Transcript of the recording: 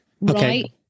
right